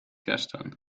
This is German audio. gestern